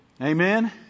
Amen